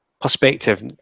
perspective